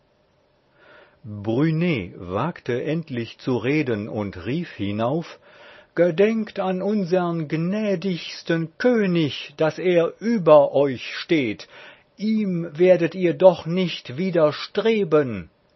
wagte endlich zu reden und rief hinauf gedenkt an unsern gnädigsten könig daß der über euch steht ihm werdet ihr doch nicht